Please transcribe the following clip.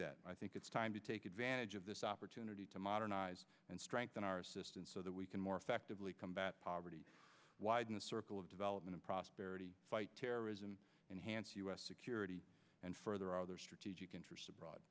that i think it's time to take advantage of this opportunity to modernize and strengthen our assistance so that we can more effectively combat poverty widen the circle of development prosperity fight terrorism enhance u s security and further other strategic interests abroad